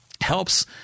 helps